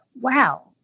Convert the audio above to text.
wow